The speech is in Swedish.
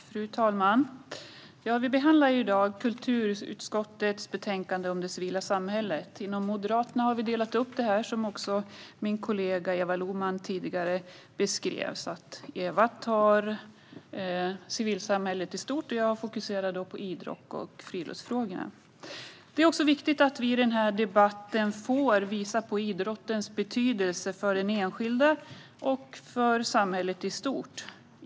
Fru talman! Vi behandlar i dag kulturutskottets betänkande om det civila samhället. Inom Moderaterna har vi delat upp vår medverkan i debatten på det sätt som min kollega Eva Lohman tidigare beskrev, alltså så att Eva tar civilsamhället i stort medan jag fokuserar på idrotts och friluftsfrågorna. Det är viktigt att vi i den här debatten får visa på idrottens betydelse för den enskilde och för samhället i stort.